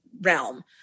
realm